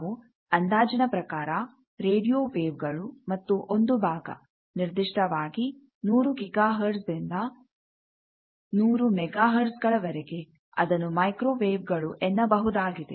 ನಾವು ಅಂದಾಜಿನ ಪ್ರಕಾರ ರೇಡಿಯೋ ವೇವ್ ಗಳು ಮತ್ತು ಒಂದು ಭಾಗ ನಿರ್ದಿಷ್ಟವಾಗಿ 100 ಗೀಗಾ ಹರ್ಟ್ಜ್ ದಿಂದ 100 ಮೆಗಾ ಹರ್ಟ್ಜ್ ಗಳವರೆಗೆ ಅದನ್ನು ಮೈಕ್ರೋ ವೇವ್ ಗಳು ಎನ್ನಬಹುದಾಗಿದೆ